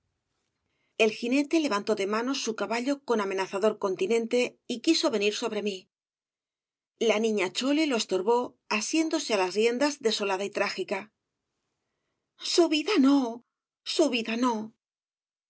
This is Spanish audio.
el jinete levantó de manos su caballo con amenazador continente y quiso venir sobre mí la niña chole lo estorbó asiéndose á las riendas desolada y trágica su vida no su vida no